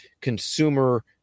consumer